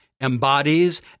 embodies